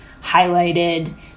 highlighted